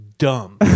Dumb